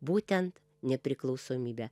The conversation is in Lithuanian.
būtent nepriklausomybę